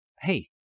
hey